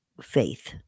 faith